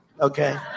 okay